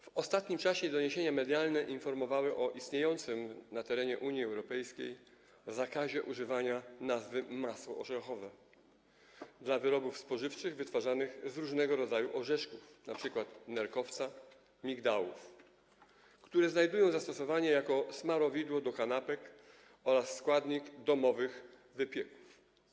W ostatnim czasie media informowały o istniejącym na terenie Unii Europejskiej zakazie używania nazwy: masło orzechowe dla wyrobów spożywczych wytwarzanych z różnego rodzaju orzeszków, np. nerkowca, migdałów, znajdujących zastosowanie jako smarowidło do kanapek oraz składnik domowych wypieków.